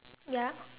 ya